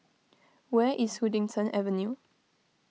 where is Huddington Avenue